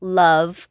love